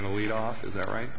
going to lead off is that right